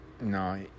No